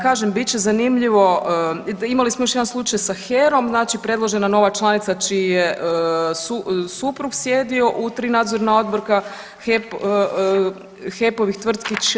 Kažem bit će zanimljivo, imali smo još jedan slučaj sa HEROM znači predložena nova članica čiji je suprug sjedio u 3 nadzorna odbora HEP-ovih tvrtki kćeri.